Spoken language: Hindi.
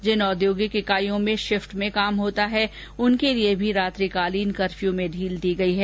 जिन औद्योगिक इकाइयों में शिफटों में काम होता है उनके लिए भी रात्रिकालीन कफर्य में ढील दी गई है